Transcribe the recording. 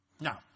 Now